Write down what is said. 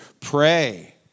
pray